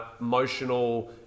Emotional